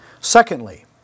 Secondly